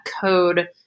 code